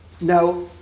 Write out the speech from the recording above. Now